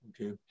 Okay